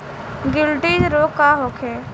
गिल्टी रोग का होखे?